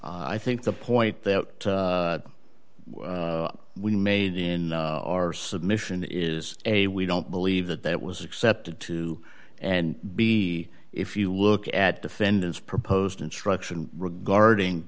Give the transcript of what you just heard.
i think the point that we made in our submission is a we don't believe that that was accepted to and b if you look at defendant's proposed instruction regarding